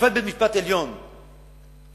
שופט בית-המשפט העליון לשעבר,